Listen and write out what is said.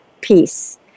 peace